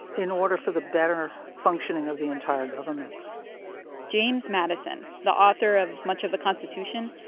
in order for the better functioning of the entire government james madison, the author of much of the constitution,